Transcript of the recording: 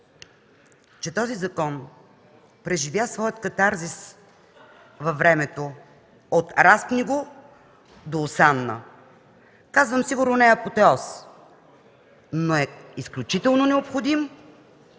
че този закон преживя своя катарзис във времето от „Разпни го” до „Осанна”. Казвам: сигурно не е апотеоз, но е изключително необходим